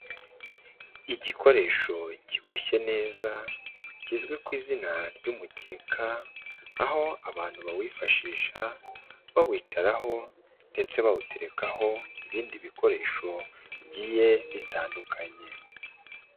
Igikoresho kiboshyeye neza kizwi ku izina ry'umugeka, aho abantu bawifashisha bawicaraho ndetse bawuterekaho ibindi bikoresho bigiye bitandukanye.